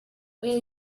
will